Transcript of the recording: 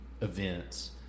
events